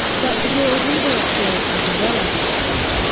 but if you're a reader of slate as well as a listener,